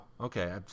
okay